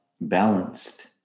balanced